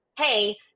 hey